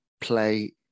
play